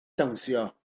dawnsio